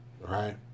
right